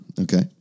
Okay